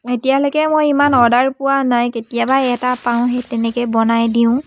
এতিয়ালৈকে মই ইমান অৰ্ডাৰ পোৱা নাই কেতিয়াবা এটা পাওঁ সেই তেনেকে বনাই দিওঁ